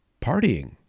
partying